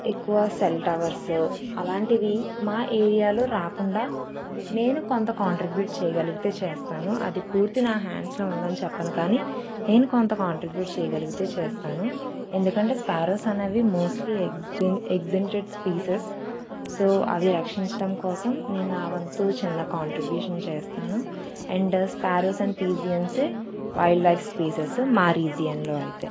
ఎక్కువ cell towers అలాంటివి మా ఏరియాలో రాకుండా నేను కొంత కాంట్రిబ్యూట్ చేయగలిగితే చేస్తాను అది పూర్తి నా హ్యాండ్స్లో ఉందని చెప్పను కానీ నేను కొంత కాంట్రిబ్యూట్ చేయగలిగితే చేస్తాను ఎందుకంటే స్పారోస్ అనేవి mostly extinct extinct species so అవి రక్షించడం కోసం నేను నా వంతు చిన్న కాంట్రిబ్యూషన్ చేస్తాను అండ్ స్పారోస్ అండ్ పిజియన్సే వైల్డ్ లైఫ్ స్పీసెస్ మా రీజియన్లో అయితే